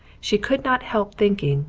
she could not help thinking,